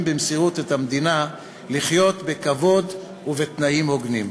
במסירות את המדינה לחיות בכבוד ובתנאים הוגנים.